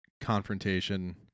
confrontation